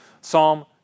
Psalm